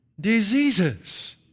diseases